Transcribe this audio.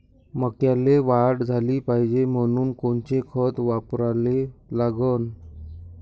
मक्याले वाढ झाली पाहिजे म्हनून कोनचे खतं वापराले लागन?